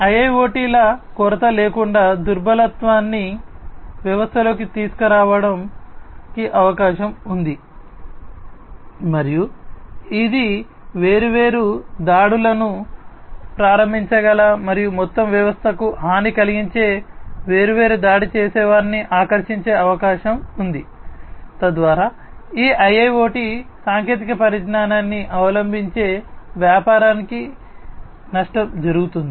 నైపుణ్యాల కొరత లేకుండా దుర్బలత్వాన్ని వ్యవస్థలోకి తీసుకురావడానికి అవకాశం ఉంది మరియు ఇది వేర్వేరు దాడులను ప్రారంభించగల మరియు మొత్తం వ్యవస్థకు హాని కలిగించే వేర్వేరు దాడి చేసేవారిని ఆకర్షించే అవకాశం ఉంది తద్వారా ఈ IIoT సాంకేతిక పరిజ్ఞానాన్ని అవలంబించిన వ్యాపారానికి నష్టం జరుగుతుంది